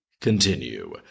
continue